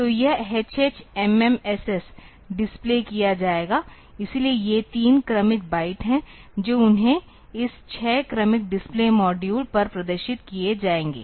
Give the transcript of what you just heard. तो यह hh mm ss display किया जाएगा इसलिए ये तीन क्रमिक बाइट हैं जो उन्हें इस 6 क्रमिक डिस्प्ले मॉड्यूल पर प्रदर्शित किए जाएंगे